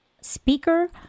speaker